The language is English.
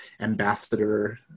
ambassador